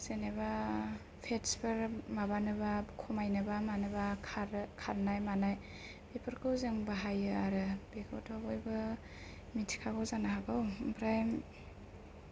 जेनोबा पेटस फोर माबानोबा खमायनोबा मानोबा खारनाय मानाय बेफोरखौ जों बाहायो आरो बेखौथ' बयबो मिथिखागौ जानो हागौ ओमफ्राय